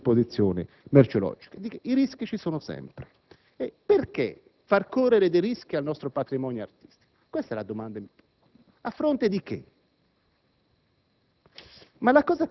nel contesto di un'esposizione merceologica. I rischi ci sono sempre; ma perché far correre dei rischi al nostro patrimonio artistico? A fronte di che?